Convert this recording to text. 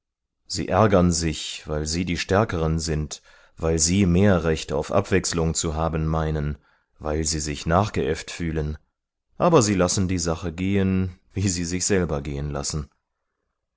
sie ärgern sich weil sie die stärkeren sind weil sie mehr recht auf abwechslung zu haben meinen weil sie sich nachgeäfft fühlen aber sie lassen die sache gehen wie sie sich selber gehen lassen